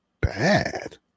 bad